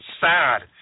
sad